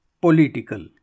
political